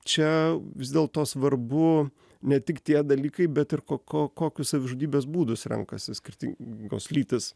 čia vis dėlto svarbu ne tik tie dalykai bet ir ko ko kokius savižudybės būdus renkasi skirtingos lytys